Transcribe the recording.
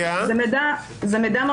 זה מידע מודיעיני.